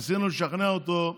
ניסינו לשכנע אותו,